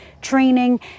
training